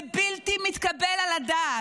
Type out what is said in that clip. זה בלתי מתקבל על הדעת.